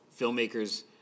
filmmakers